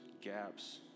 gaps